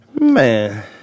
Man